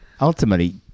ultimately